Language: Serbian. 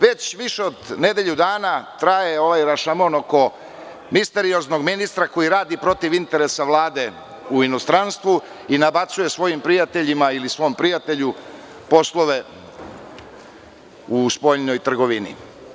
Već više od nedelju dana traje ovaj rašamon oko misterioznog ministra koji radi protiv interesa Vlade u inostranstvu i nabacuje svojim prijateljima ili svom prijatelju poslove u spoljnoj trgovini.